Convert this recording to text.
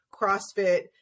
CrossFit